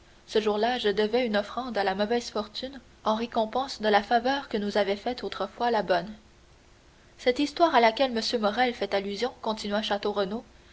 ce jour-là je devais une offrande à la mauvaise fortune en récompense de la faveur que nous avait faite autrefois la bonne cette histoire à laquelle m morrel fait allusion continua